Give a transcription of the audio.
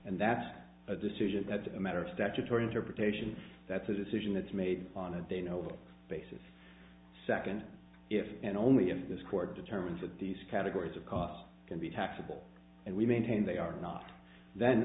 and that's a decision that's a matter of statutory interpretation that's a decision that's made on a day no basis second if and only if this court determines that these categories of cost can be taxable and we maintain they are not then